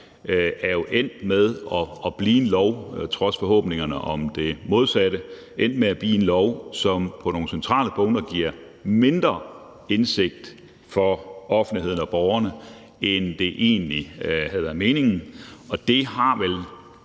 offentlighedsloven jo trods forhåbningerne om det modsatte er endt med at blive en lov, som på nogle centrale punkter giver mindre indsigt for offentligheden og borgerne, end det egentlig var meningen, og det har vel